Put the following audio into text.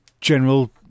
general